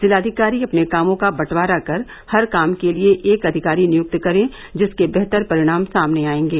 जिलाधिकारी अपने कामों का बंटवारा कर हर काम के लिये एक अधिकारी नियुक्त करे जिसके बेहतर परिणाम सामने आयेंगे